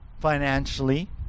financially